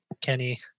Kenny